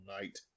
night